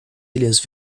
ilhas